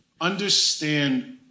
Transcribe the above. understand